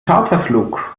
charterflug